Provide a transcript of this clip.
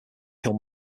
kill